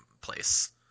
place